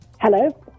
hello